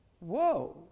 whoa